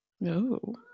No